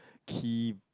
key